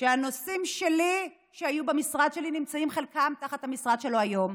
שהנושאים שהיו במשרד שלי נמצאים חלקם תחת המשרד שלו היום,